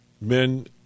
men